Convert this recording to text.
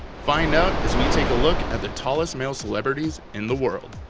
find out as we take a look at the tallest male celebrities in the world.